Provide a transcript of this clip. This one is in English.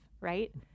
right